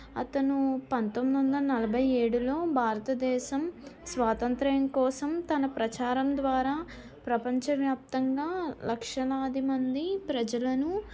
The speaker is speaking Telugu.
అతను పంతొమ్మిది వందల నలభై ఏడులో భారతదేశం స్వాతంత్ర్యం కోసం తన ప్రచారం ద్వారా ప్రపంచవ్యాప్తంగా లక్షలాదిమంది ప్రజలను